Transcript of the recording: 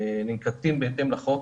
ננקטים בהתאם לחוק,